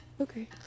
Okay